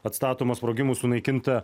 atstatoma sprogimų sunaikinta